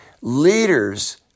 Leaders